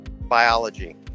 biology